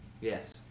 Yes